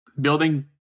building